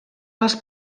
les